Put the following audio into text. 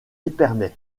épernay